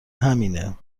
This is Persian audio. همینه